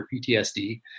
PTSD